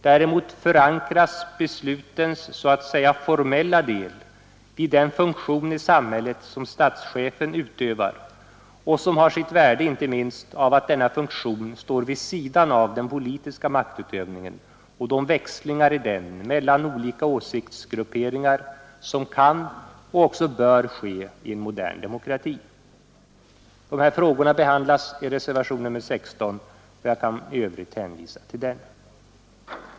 Däremot förankras beslutens så att säga formella del i den funktion i samhället som statschefen utövar och som har sitt värde inte minst av att denna funktion står vid sidan av den politiska maktutövningen och de växlingar i den mellan olika åsiktsgrupperingar som kan och också bör ske i en modern demokrati. De här frågorna behandlas i reservationen 16. Jag kan i övrigt hänvisa till den.